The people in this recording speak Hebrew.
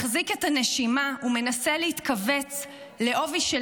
מחזיק את הנשימה ומנסה להתכווץ לעובי של